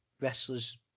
wrestlers